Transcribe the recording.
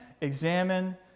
examine